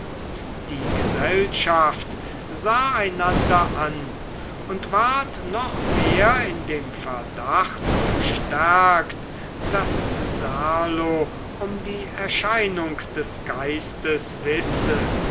die gesellschaft sah einander an und ward noch mehr in dem verdacht bestärkt daß serlo um die erscheinung des geistes wisse